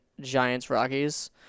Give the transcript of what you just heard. Giants-Rockies